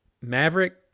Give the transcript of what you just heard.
Maverick